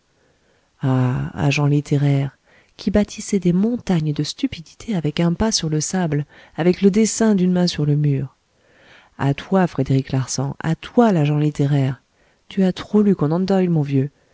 ah agents littéraires qui bâtissez des montagnes de stupidité avec un pas sur le sable avec le dessin d'une main sur un mur à toi frédéric larsan à toi l'agent littéraire tu as trop lu conan doyle mon vieux